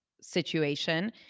situation